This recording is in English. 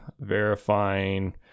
verifying